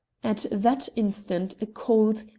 at that instant a cold,